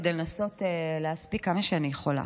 כדי לנסות להספיק כמה שאני יכולה.